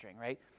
right